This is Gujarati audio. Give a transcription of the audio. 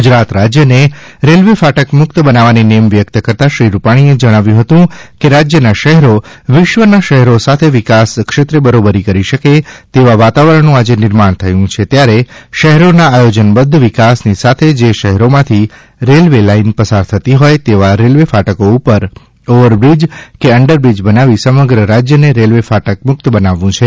ગુજરાત રાજ્યને રેલવે ફાટક મુક્ત બનાવવાની નેમ વ્યક્ત કરતાં શ્રી રૂપાણીએ જણાવ્યું હતું કે રાજ્યના શહેરો વિશ્વના શહેરો સાથે વિકાસ ક્ષેત્રે બરોબરી કરી શકે તેવા વાતાવરણનું આજે નિર્માણ થયું છે ત્યારે શહેરોના આયોજનબદ્ધ વિકાસની સાથે જે શહેરોમાંથી રેલવે લાઇન પસાર થતી હોય તેવા રેલવે ફાટકો ઉપર ઓવરબ્રીજ કે અન્ડરબ્રીજ બનાવી સમગ્ર રાજ્યને રેલવે ફાટક મુક્ત બનાવવું છે